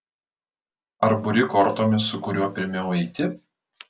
ar buri kortomis su kuriuo pirmiau eiti